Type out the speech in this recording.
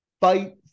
fight